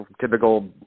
typical